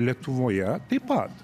lietuvoje taip pat